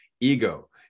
ego